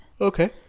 Okay